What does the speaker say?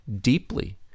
deeply